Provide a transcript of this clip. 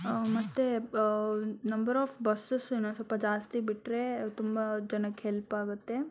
ಮತ್ತೆ number of ಬಸ್ಸಸ್ಸನ್ನು ಸ್ವಲ್ಪ ಜಾಸ್ತಿ ಬಿಟ್ಟರೆ ತುಂಬ ಜನಕ್ಕೆ ಹೆಲ್ಪ್ ಆಗುತ್ತೆ